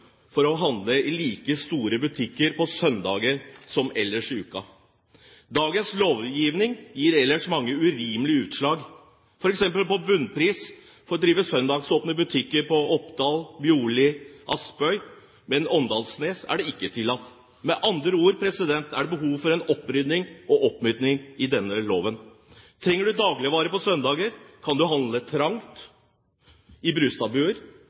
de får handle i like store butikker på søndager som ellers i uka. Dagens lovgivning gir ellers mange urimelige utslag. For eksempel får Bunnpris drive søndagsåpne butikker bl.a. på Oppdal, Bjorli og Aspøya. Men på Åndalsnes er det ikke tillatt. Med andre ord: Det er behov for en opprydding i og oppmykning av denne loven. Trenger du dagligvarer på søndager, kan du handle trangt, i